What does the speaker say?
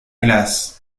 glace